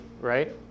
Right